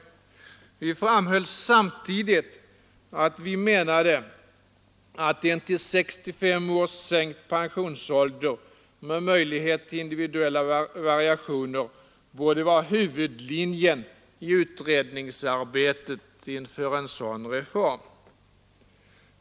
Samtidigt framhöll vi att vi menade att en till 65 år sänkt pensionsålder med möjlighet till individuella variationer borde vara huvudlinjen i utredningsarbetet för en sådan reform.